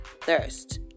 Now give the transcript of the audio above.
thirst